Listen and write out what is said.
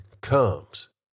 comes